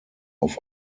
auf